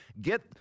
get